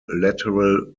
lateral